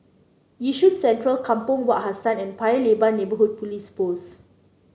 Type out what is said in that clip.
Yishun Central Kampong Wak Hassan and Paya Lebar Neighbourhood Police Post